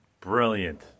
Brilliant